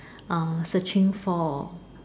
uh searching for